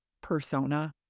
persona